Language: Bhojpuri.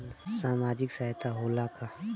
सामाजिक सहायता होला का?